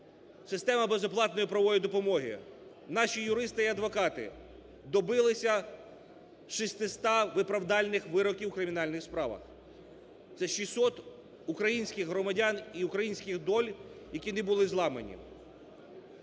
система безоплатної правової допомоги, наші юристи і адвокати добилися шестиста виправдальних вироків в кримінальних справах, це 600 українських громадян і українських доль, які не були зламані.